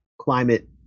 climate